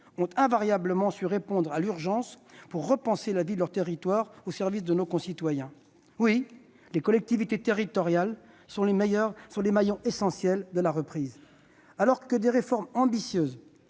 ont invariablement su répondre à l'urgence pour repenser la vie de leur territoire au service de nos concitoyens. Oui, les collectivités territoriales sont les maillons essentiels de la reprise. Alors que les réformes ambitieuses